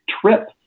trip